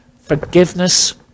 forgiveness